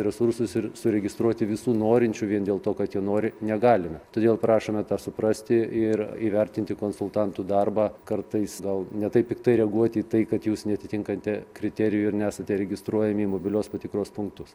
resursus ir suregistruoti visų norinčių vien dėl to kad jie nori negalime todėl prašome tą suprasti ir įvertinti konsultantų darbą kartais gal ne taip piktai reaguoti į tai kad jūs neatitinkate kriterijų ir nesate registruojami į mobilios patikros punktus